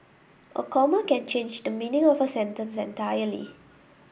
a comma can change the meaning of a sentence entirely